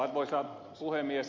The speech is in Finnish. arvoisa puhemies